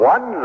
One